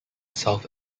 south